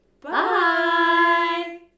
bye